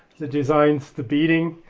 that designs the beating,